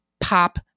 pop